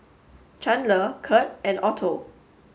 Chandler Curt and Otto